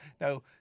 Now